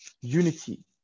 unity